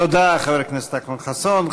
תודה, חבר הכנסת אכרם חסון.